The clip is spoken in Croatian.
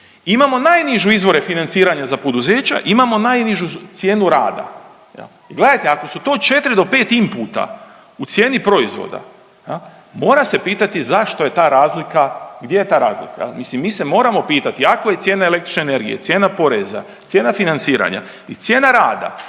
imamo najniže izvore financiranja za poduzeća, imamo najnižu cijenu rada. I gledajte ako stu to četri do pet imputa u cijeni proizvoda mora se pitati zašto je ta razlika gdje je ta razlika? Mislim mi se moramo pitati ako je cijena električne energije, cijena poreza, cijena financiranja i cijena rada